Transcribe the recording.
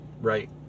right